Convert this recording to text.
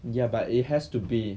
ya but it has to be